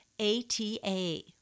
ATA